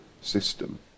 system